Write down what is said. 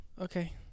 okay